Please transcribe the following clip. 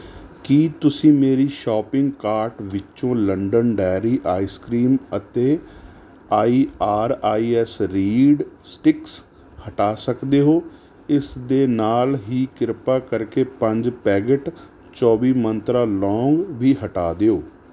ਕੀ ਤੁਸੀਂ ਮੇਰੀ shopping cart ਵਿੱਚੋਂ ਲੰਡਨ ਡੇਅਰੀ ਆਇਸ ਕਰੀਮ ਅਤੇ I R I S reed sticks ਹਟਾ ਸਕਦੇ ਹੋ ਇਸ ਦੇ ਨਾਲ ਹੀ ਕ੍ਰਿਪਾ ਕਰਕੇ ਪੰਜ ਪੈਕੇਟ ਚੌਵੀ ਮੰਤਰਾ ਲੌਂਗ ਵੀ ਹਟਾ ਦਿਓ